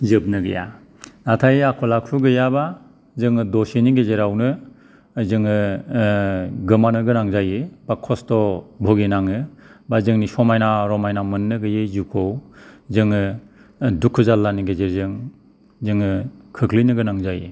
जोबनो गैया नाथाय आखल आखु गैयाब्ला जोङो दसेनि गेजेरावनो जोङो गोमानो गोनां जायो बा खस्थ' बुगिनाङो बा जोंनि समायना रमायना मोननो गोयै जिउखौ जोङो दुखु जारलानि गेजेरजों जोङो खोख्लैनो गोनां जायो